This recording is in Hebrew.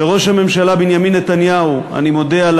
לראש הממשלה בנימין נתניהו אני מודה על